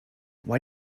why